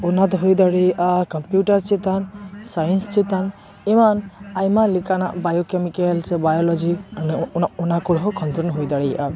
ᱚᱱᱟ ᱫᱚ ᱦᱩᱭ ᱫᱟᱲᱮᱭᱟᱜᱼᱟ ᱠᱚᱢᱯᱤᱭᱩᱴᱟᱨ ᱪᱮᱛᱟᱱ ᱥᱟᱭᱮᱱ ᱪᱮᱛᱟᱱ ᱮᱱᱟᱢ ᱟᱭᱢᱟ ᱞᱮᱠᱟᱱᱟᱜ ᱵᱟᱭᱳ ᱠᱮᱢᱤᱠᱮᱞ ᱥᱮ ᱵᱟᱭᱳ ᱞᱚᱡᱤ ᱚᱱᱟ ᱠᱚ ᱨᱮᱦᱚᱸ ᱠᱷᱚᱸᱫᱽᱨᱚᱸᱫᱽ ᱦᱩᱭ ᱫᱟᱲᱮᱭᱟᱜᱼᱟ